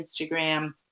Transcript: Instagram